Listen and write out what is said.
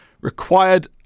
required